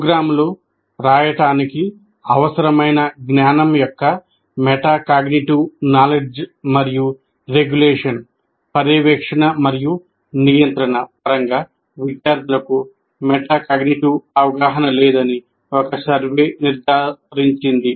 ప్రోగ్రామ్లు రాయడానికి అవసరమైన జ్ఞానం యొక్క మెటాకాగ్నిటివ్ నాలెడ్జ్ మరియు రెగ్యులేషన్ పరంగా విద్యార్థులకు మెటాకాగ్నిటివ్ అవగాహన లేదని ఒక సర్వే నిర్ధారించింది